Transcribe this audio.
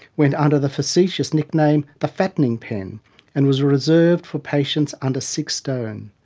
went under the facetious nickname, the fattening pen and was reserved for patients under six stone,